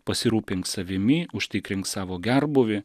pasirūpink savimi užtikrink savo gerbūvį